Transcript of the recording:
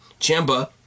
Chamba